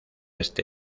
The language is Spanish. este